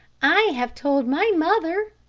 i have told my mother,